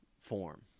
form